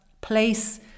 place